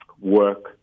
work